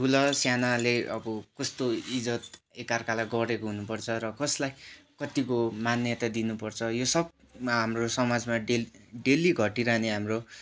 ठुला सानाले अब कस्तो इज्जत एकाअर्कालाई गरेको हुनुपर्छ र कसलाई कत्तिको मान्यता दिनुपर्छ यो सब हाम्रो समाजमा डे डेली घटिरहने हाम्रो